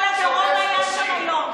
כל הדרום היה שם היום,